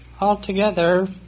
Altogether